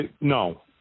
no